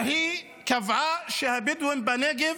והיא קבעה שבדואים בנגב